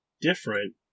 different